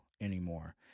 anymore